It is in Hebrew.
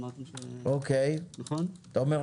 אמרתם לגבי